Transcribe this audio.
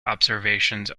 observations